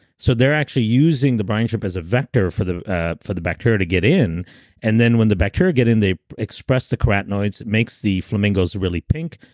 so they're actually using the brine shrimp as a vector for the ah for the bacteria to get in and then when the bacteria get in, they express the carotenoids, it makes the flamingos really pink.